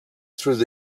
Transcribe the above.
through